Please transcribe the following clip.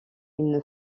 une